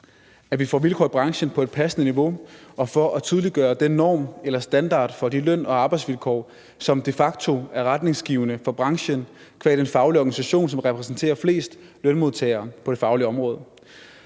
at vi får vilkår i branchen på et passende niveau, og for at tydeliggøre den norm eller standard for de løn- og arbejdsvilkår, som de facto er retningsgivende for branchen qua den faglige organisation, som repræsenterer flest lønmodtagere på det faglige område.